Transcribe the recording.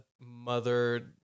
mother